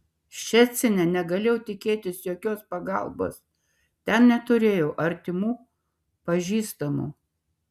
ščecine negalėjau tikėtis jokios pagalbos ten neturėjau artimų pažįstamų